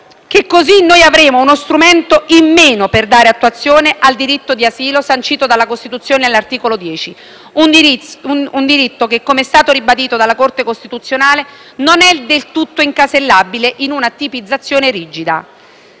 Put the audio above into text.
così noi avremo uno strumento in meno per dare attuazione al diritto di asilo sancito dalla Costituzione all'articolo 10, un diritto che, come è stato ribadito dalla Corte costituzionale, non è del tutto incasellabile in una tipizzazione rigida.